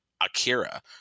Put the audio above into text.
akira